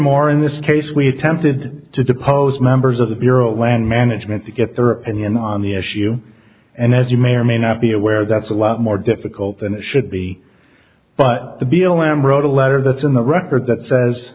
more in this case we attempted to depose members of the bureau of land management to get their opinion on the issue and as you may or may not be aware that's a lot more difficult than it should be but the bill and wrote a letter that's in the record that says